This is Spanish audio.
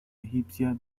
egipcia